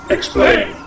Explain